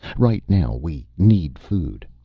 right now we need food.